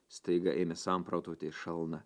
staiga ėmė samprotauti šalna